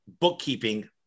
bookkeeping